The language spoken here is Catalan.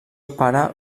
pare